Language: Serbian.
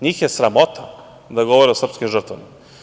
Njih je sramota da govore o srpskim žrtvama.